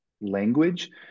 language